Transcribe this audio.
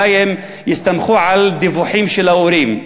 אולי הם יסתמכו על דיווחים של ההורים.